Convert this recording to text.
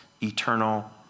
eternal